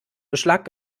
beschlag